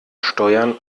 steuern